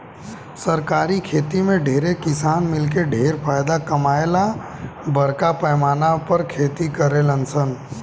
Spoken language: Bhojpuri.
सरकारी खेती में ढेरे किसान मिलके ढेर फायदा कमाए ला बरका पैमाना पर खेती करेलन सन